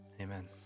amen